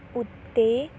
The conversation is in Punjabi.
ਉੱਤੇ